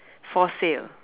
for sale